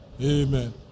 Amen